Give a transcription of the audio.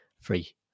free